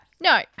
No